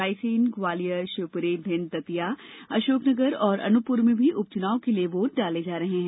रायसेन ग्वालियर शिवपुरी भिंड दतिया अशोकनगर और अनूपपुर में भी उपचुनाव के लिए वोट डाले जा रहे हैं